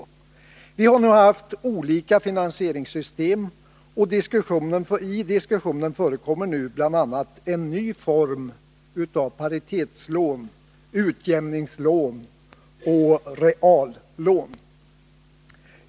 Vi har haft olika finansieringssystem, och f. n. diskuteras bl.a. en ny form av paritetslån, utiämningslån och reallån.